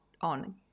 on